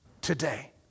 today